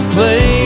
Play